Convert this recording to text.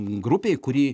grupei kurį